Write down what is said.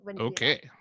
Okay